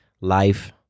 life